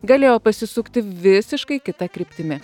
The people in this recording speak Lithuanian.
galėjo pasisukti visiškai kita kryptimi